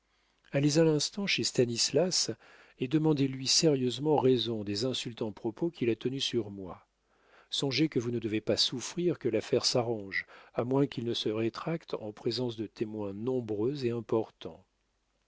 allez à l'instant chez stanislas et demandez-lui sérieusement raison des insultants propos qu'il a tenus sur moi songez que vous ne devez pas souffrir que l'affaire s'arrange à moins qu'il ne se rétracte en présence de témoins nombreux et importants